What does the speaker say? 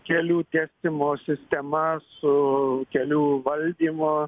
kelių tiesimo sistema su kelių valdymo